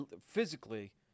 physically